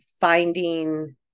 finding